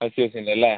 അസ്യൂസിൻ്റെ അല്ലേ